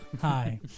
Hi